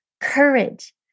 courage